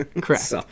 Correct